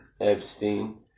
Epstein